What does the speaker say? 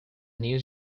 new